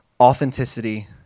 authenticity